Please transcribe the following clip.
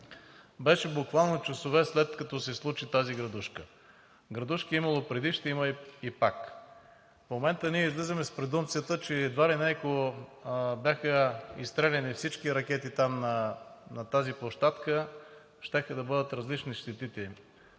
беше буквално часове, след като се случи тази градушка. Градушки е имало преди и пак ще има. В момента ние излизаме с презумпцията, че едва ли не, ако бяха изстреляни всички ракети на тази площадка, щяха да бъдат различни щетите им.